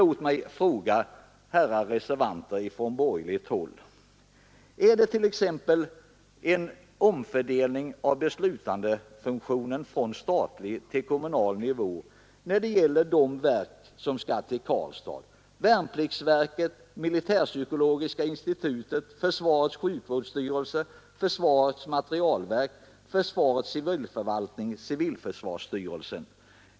Låt mig ändå fråga herrar reservanter från borgerligt håll: Är det t.ex. fråga om en omfördelning av beslutsfunktioner från statlig till kommunal nivå när det gäller de verk som skall till Karlstad — vägverket, militärpsykologiska institutet, försvarets sjukvårdsstyrelse, del av försvarets materielverk, försvarets civilförvaltning, civilförsvarsstyrelsen?